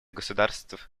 государств